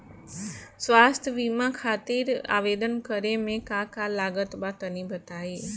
स्वास्थ्य बीमा खातिर आवेदन करे मे का का लागत बा तनि बताई?